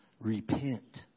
repent